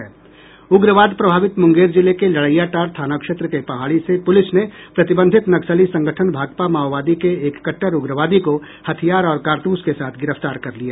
उग्रवाद प्रभावित मुंगेर जिले के लड़ैयाटांड़ थाना क्षेत्र के पहाड़ी से पुलिस ने प्रतिबंधित नक्सली संगठन भाकपा माओवादी के एक कहर उग्रवादी को हथियार और कारतूस के साथ गिरफ्तार कर लिया